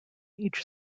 each